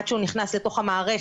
עד שהוא נכנס למערכת,